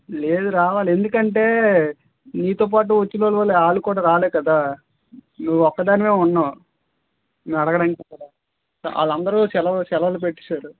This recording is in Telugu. లేదు రావాలి ఎందుకంటే నీతో పాటు వచ్చిన వాళ్ళే వాళ్ళు కూడా రాలేదు కదా నువ్వొక్కదానివే ఉన్నావు నేను ఆడగడానికి కూడా వాళ్ళందరూ సెలవు సెలవులు పెట్టేసారు